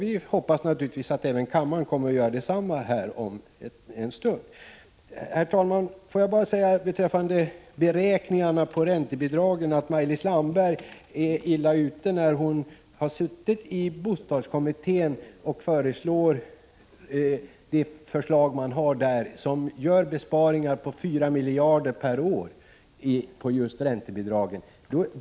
Vi hoppas naturligtvis att kammaren kommer att bifalla dem om en stund. Herr talman! Beträffande beräkningarna av räntebidragen vill jag säga att Maj-Lis Landberg är illa ute. Hon har suttit i bostadskommittén och där föreslagit besparingar på 4 miljarder per år på just räntebidragen.